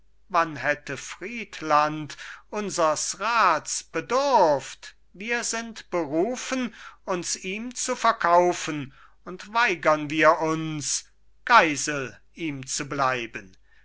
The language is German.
wann hätte friedland unsers rats bedurft wir sind berufen uns ihm zu verkaufen und weigern wir uns geisel ihm zu bleiben